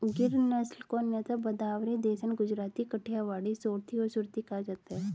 गिर नस्ल को अन्यथा भदावरी, देसन, गुजराती, काठियावाड़ी, सोरथी और सुरती कहा जाता है